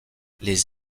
les